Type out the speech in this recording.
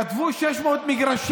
כתבו 600 מגרשים.